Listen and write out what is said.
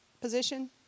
position